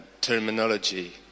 terminology